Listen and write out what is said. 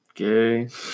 Okay